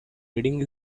reading